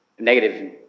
Negative